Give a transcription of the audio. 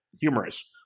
humorous